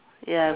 ya